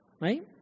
right